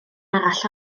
arall